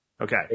Okay